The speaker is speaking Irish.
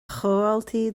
chomhaltaí